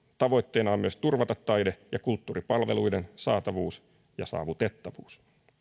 tavoitteena on myös turvata taide ja kulttuuripalveluiden saatavuus ja saavutettavuus